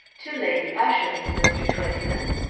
to lady ushant's, mr. twentyman.